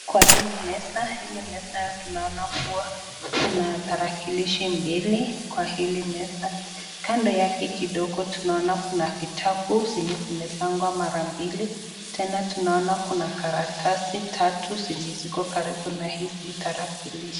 Kwa hili meza. Hili meza tunaona kua kuna tarakilishi mbili kwa hili meza. kando yake tunaona kuna vitabu zimepangwa mara mbili. Tena tunaona kuna karatasi tatu zenye ziko karibu na hizi tarakilishi.